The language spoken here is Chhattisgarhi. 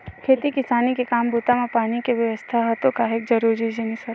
खेती किसानी के काम बूता म पानी के बेवस्था ह तो काहेक जरुरी जिनिस हरय